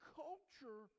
culture